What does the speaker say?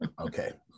Okay